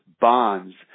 bonds